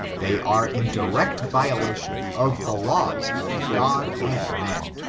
they are in direct violation of the laws of god and man,